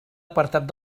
apartat